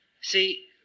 See